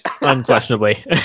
Unquestionably